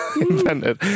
invented